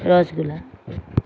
rasgulla